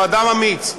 הוא אדם אמיץ.